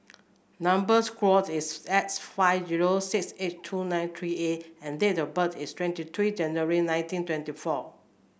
number square is S five zero six eight two nine three A and date of birth is twenty three January nineteen twenty four